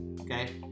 okay